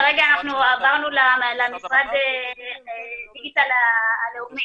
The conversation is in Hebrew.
כרגע עברנו למשרד הדיגיטל הלאומי.